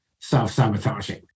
self-sabotaging